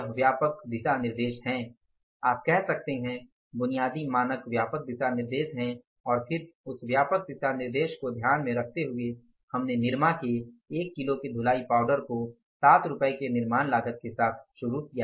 यह व्यापक दिशा निर्देश है आप कह सकते हैं बुनियादी मानक व्यापक दिशा निर्देश हैं और फिर उस व्यापक दिशा निर्देश को ध्यान में रखते हुए हमने निरमा के 1 किलो के धुलाई पाउडर को 7 रुपये के निर्माण लागत के साथ शुरू किया